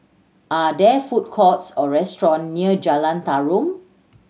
are there food courts or restaurant near Jalan Tarum